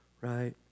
right